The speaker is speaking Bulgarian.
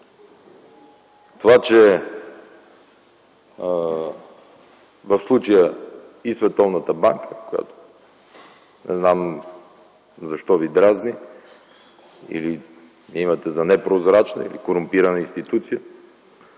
програми. В случая и Световната банка, която не знам защо ви дразни – или я имате за непрозрачна или корумпирана институция